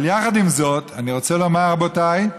אבל יחד עם זאת, אני רצה לומר, רבותיי: